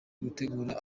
gutegura